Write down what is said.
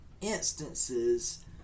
instances